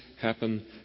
happen